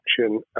action